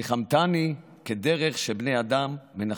ניחמתני כדרך שבני אדם מנחמים.